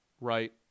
right